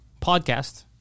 podcast